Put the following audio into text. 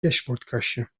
dashboardkastje